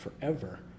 forever